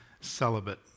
celibate